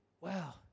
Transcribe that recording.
wow